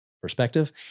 perspective